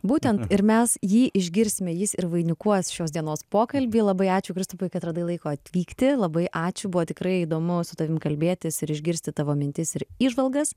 būtent ir mes jį išgirsime jis ir vainikuos šios dienos pokalbį labai ačiū kristupai kad radai laiko atvykti labai ačiū buvo tikrai įdomu su tavim kalbėtis ir išgirsti tavo mintis ir įžvalgas